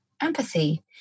empathy